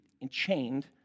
enchained